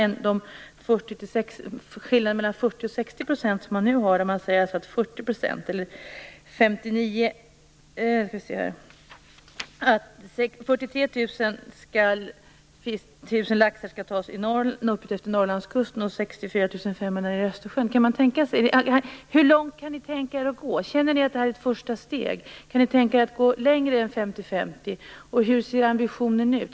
Nu säger man att 43 000 laxar skall tas upp efter Norrlandskusten och 64 500 nere i Östersjön. Hur långt kan ni tänka er att gå? Känner ni att detta är ett första steg? Kan ni tänka er att gå längre än 50/50? Hur ser ambitionen ut?